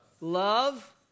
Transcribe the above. Love